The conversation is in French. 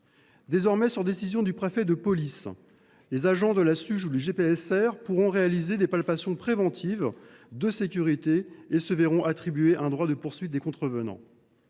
Désormais, sur décision du préfet de police, les agents de la Suge ou du GPSR pourront réaliser des palpations préventives de sécurité et se verront attribuer un droit de poursuite des contrevenants.